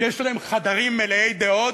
שיש להם חדרים מלאי דעות,